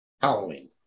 Halloween